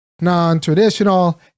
non-traditional